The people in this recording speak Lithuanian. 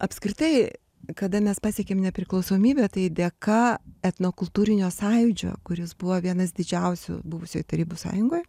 apskritai kada mes pasiekėm nepriklausomybę tai dėka etnokultūrinio sąjūdžio kuris buvo vienas didžiausių buvusioj tarybų sąjungoj